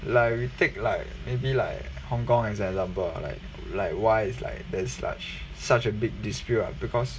like we take like maybe like hong-kong as an example like like why is like there such such a big dispute ah because